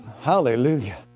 Hallelujah